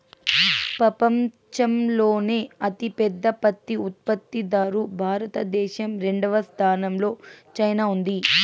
పపంచంలోనే అతి పెద్ద పత్తి ఉత్పత్తి దారు భారత దేశం, రెండవ స్థానం లో చైనా ఉంది